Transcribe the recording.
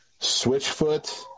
Switchfoot